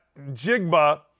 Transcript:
Jigba